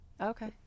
Okay